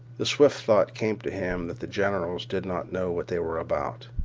the swift thought came to him that the generals did not know what they were about.